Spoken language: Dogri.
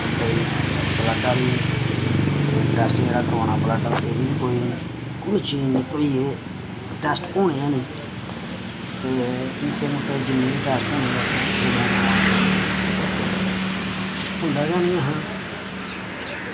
कोई ब्लड आह्ली जेह्ड़ा टैस्ट जेह्ड़ा करोआना जेह्ड़ा ब्लड दा एह्दी बी कोई मशीन निं कोई एह् टैस्ट होने गै नेईं ते निक्के मुट्टे जिन्ने बी टैस्ट होने असें जम्मू करोआने ते होंदा गै नि हां